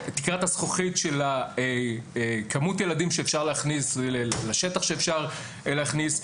תקרת הזכוכית של כמות הילדים שאפשר להכניס לשטח שאפשר להכניס,